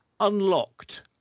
unlocked